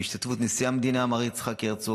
בהשתתפות נשיא המדינה מר יצחק הרצוג